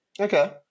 Okay